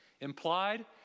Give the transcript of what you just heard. Implied